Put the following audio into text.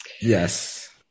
yes